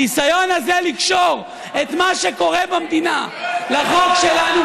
הניסיון הזה לקשור את מה שקורה במדינה לחוק שלנו,